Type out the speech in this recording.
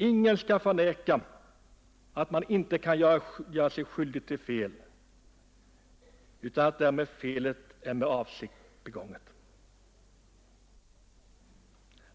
Ingen vill förneka att man kan göra sig skyldig till fel utan att felet är begånget med avsikt.